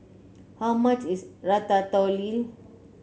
how much is Ratatouille